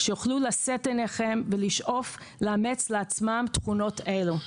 שיוכלו לשאת עיניהם אליכם ולשאוף לאמץ לעצמם תכונות אלו.